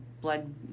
blood